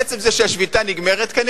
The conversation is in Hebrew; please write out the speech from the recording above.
עצם זה שהשביתה עדיין לא נגמרת,